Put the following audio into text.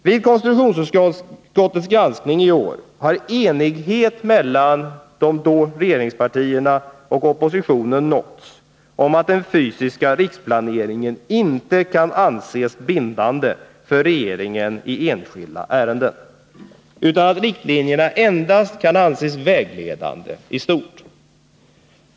Vid konstitutionsutskottets granskning i år har enighet mellan regeringspartierna och oppositionen nåtts om att den fysiska riksplaneringen inte kan anses bindande för regeringen i enskilda ärenden, utan att riktlinjerna endast kan anses vara vägledande i stort.